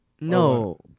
no